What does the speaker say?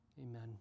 Amen